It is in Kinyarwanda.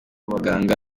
baganga